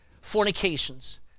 fornications